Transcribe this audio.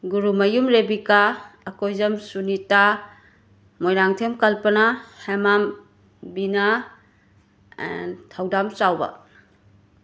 ꯒꯨꯔꯨꯃꯌꯨꯝ ꯔꯦꯕꯤꯀꯥ ꯑꯀꯣꯏꯖꯝ ꯁꯨꯅꯤꯇꯥ ꯃꯣꯏꯔꯥꯡꯊꯦꯝ ꯀꯜꯄꯅꯥ ꯍꯦꯃꯥꯝ ꯕꯤꯅꯥ ꯑꯦꯟ ꯊꯧꯗꯥꯝ ꯆꯥꯎꯕ